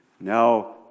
Now